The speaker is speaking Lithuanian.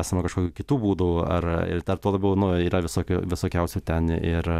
esama kažkokių kitų būdų ar ir dar tuo labiau nu yra visokių visokiausių ten ir